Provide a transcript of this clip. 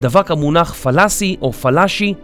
דבק המונח פלסי או פלאשי